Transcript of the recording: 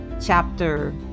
chapter